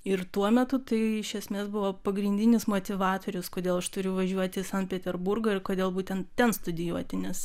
ir tuo metu tai iš esmės buvo pagrindinis motyvatorius kodėl aš turiu važiuoti į sankt peterburgą ir kodėl būtent ten studijuoti nes